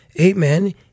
amen